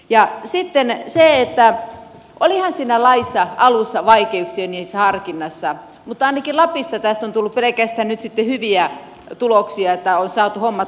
ja sitten se että olihan siinä laissa alussa vaikeuksia siinä harkinnassa mutta ainakin lapissa tästä on tullut pelkästään nyt sitten hyviä tuloksia niin että on saatu hommat hoitumaan